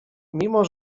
mimo